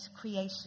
creation